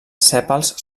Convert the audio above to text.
sèpals